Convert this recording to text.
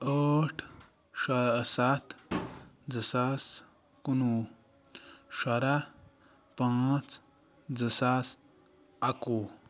ٲٹھ شَ سَتھ زٕ ساس کُنوُہ شُراہ پانٛژھ زٕ ساس اَکوُہ